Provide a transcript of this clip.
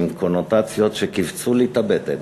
עם קונוטציות שכיווצו לי את הבטן.